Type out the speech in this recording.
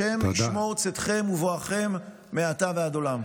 השם ישמור צאתכם ובואכם מעתה ועד עולם.